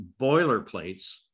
boilerplates